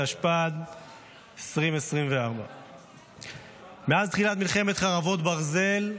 התשפ"ד 2024. מאז תחילת מלחמת חרבות ברזל,